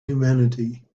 humanity